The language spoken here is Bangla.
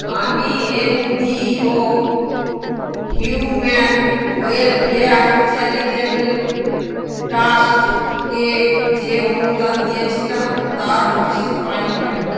আমি N G O human welfare charitable ট্রাস্টকে যে অনুদান দিয়েছিলাম তার রসিদ পাইনি কেন